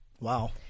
Wow